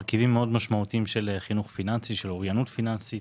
בהמשך נגיע לאישור שאר הכסף לשנת התקציב